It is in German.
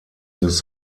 des